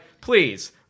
please